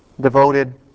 devoted